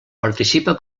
participa